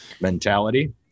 mentality